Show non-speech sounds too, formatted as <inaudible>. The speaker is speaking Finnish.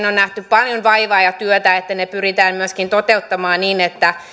<unintelligible> on nähty paljon vaivaa ja tehty työtä että nämä säästöt pyritään myöskin toteuttamaan niin että